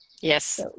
yes